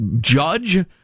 judge